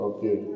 Okay